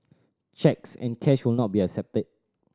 cheques and cash will not be accepted